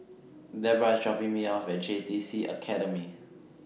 Deborah IS dropping Me off At J T C Academy